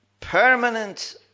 permanent